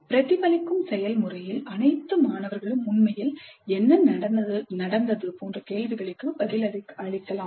பிரதிபலிக்கும் செயல்முறையில் அனைத்து மாணவர்களும் உண்மையில் என்ன நடந்தது போன்ற கேள்விகளுக்கு பதிலளிக்கலாம்